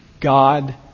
God